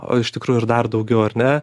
o iš tikrųjų ir dar daugiau ar ne